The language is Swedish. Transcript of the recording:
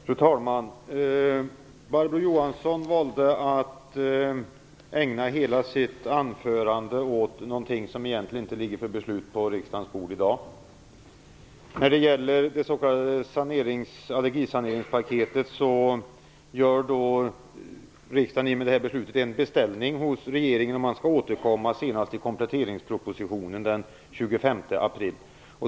Fru talman! Barbro Johansson valde att ägna hela sitt anförande åt någonting som egentligen inte ligger på riksdagens bord för beslut i dag. I och med detta beslut gör riksdagen en beställning till regeringen om det s.k. allergisaneringspaketet, och regeringen skall återkomma senast i kompletteringspropositionen den 25 april.